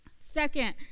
second